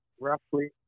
Roughly